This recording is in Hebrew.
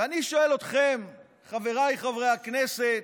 ואני שואל אתכם, חבריי חברי הכנסת,